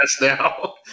now